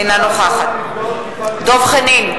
אינה נוכחת דב חנין,